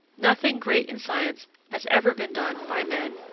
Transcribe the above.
nothing great in science has ever been done by men,